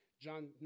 John